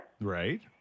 Right